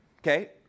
okay